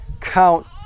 count